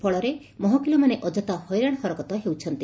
ଫଳରେ ମହକିଲମାନେ ଅଯଥା ହଇରାଣ ହରକତ ହେଉଛନ୍ତି